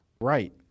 right